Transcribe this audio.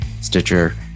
Stitcher